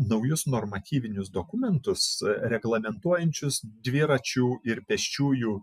naujus normatyvinius dokumentus reglamentuojančius dviračių ir pėsčiųjų